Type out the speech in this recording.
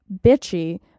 bitchy